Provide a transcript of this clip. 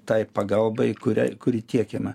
tai pagalbai kuria kuri tiekiama